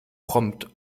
prompt